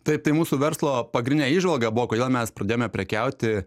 taip tai mūsų verslo pagrindinė įžvalga buvo kodėl mes pradėjome prekiauti